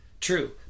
True